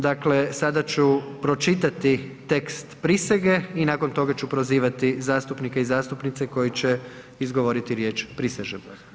Dakle sada ću pročitati tekst prisege i nakon toga ću prozivati zastupnike i zastupnice koji će izgovoriti riječ „prisežem“